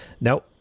Now